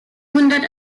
wounded